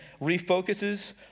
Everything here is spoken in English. refocuses